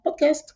podcast